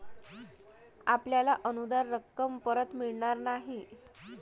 आपल्याला अनुदान रक्कम परत मिळणार नाही